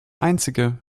einzige